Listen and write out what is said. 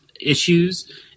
issues